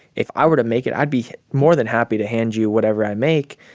if i were to make it, i'd be more than happy to hand you whatever i make,